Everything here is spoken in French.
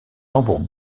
tambour